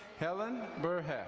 helen burhe.